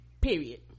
period